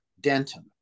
denton